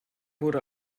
wurde